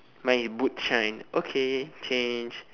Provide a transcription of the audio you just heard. my boots shine okay change